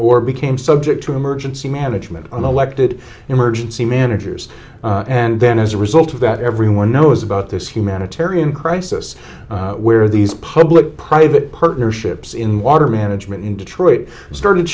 or became subject to emergency management an elected emergency managers and then as a result of that everyone knows about this humanitarian crisis where these public private partnerships in water management in detroit started